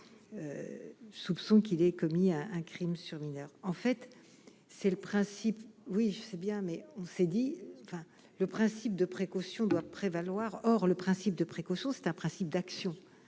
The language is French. soupçon qu'il ait commis un Crime sur mineur en fait, c'est le principe oui, je sais bien mais on s'est dit : le principe de précaution doit prévaloir, or le principe de précaution, c'est un principe d'action,